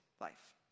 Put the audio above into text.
life